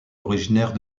originaire